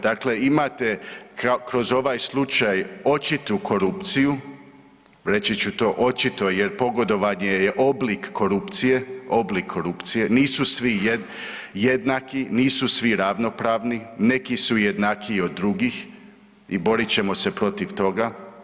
Dakle, imate kroz ovaj slučaj očitu korupciju, reći ću to očito jer pogodovanje je oblik korupcije, oblik korupcije, nisu svi jednaki, nisu svi ravnopravni, neki su jednakiji od drugih i borit ćemo se protiv toga.